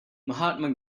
mahatma